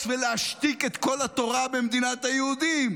ולהשתיק את קול התורה במדינת היהודים.